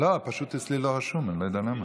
פשוט אצלי לא רשום, אני לא יודע למה.